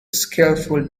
skillful